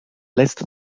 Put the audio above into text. lässt